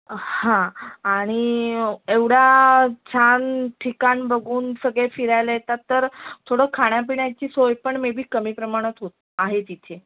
हां आणि एवढा छान ठिकाण बघून सगळे फिरायला येतात तर थोडं खाण्यापिण्याची सोय पण मे बी कमी प्रमाणात होत आहे तिथे